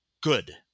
good